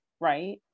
right